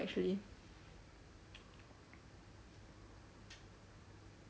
actually